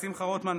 שמחה רוטמן,